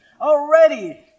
Already